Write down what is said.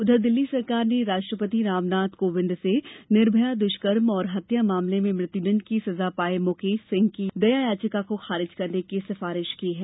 उधर दिल्ली सरकार ने राष्ट्रपति रामनाथ कोविंद से निर्भया दुष्कर्म और हत्या मामले में मृत्युदंड की सजा पाए मुकेश सिंह की दया याचिका को खारिज करने की सिफारिश की है